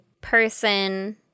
person